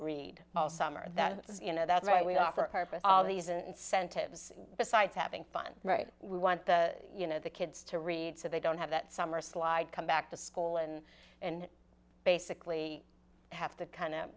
read all summer and that you know that's right we offer purpose all these incentives besides having fun right we want the you know the kids to read so they don't have that summer slide come back to school and and basically have to kind of